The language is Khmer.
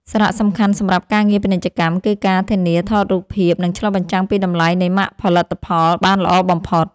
សារៈសំខាន់សម្រាប់ការងារពាណិជ្ជកម្ម គឺការធានាថារូបភាពនឹងឆ្លុះបញ្ចាំងពីតម្លៃនៃម៉ាកផលិតផលបានល្អបំផុត។